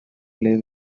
play